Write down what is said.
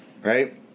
Right